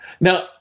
Now